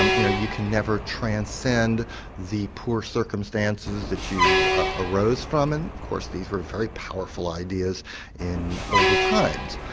um you know, you can never transcend the poor circumstances that you arose from and of course these were very powerful ideas in older times.